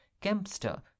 Kempster